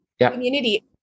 community